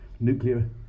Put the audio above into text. nuclear